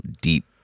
deep